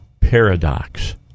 Paradox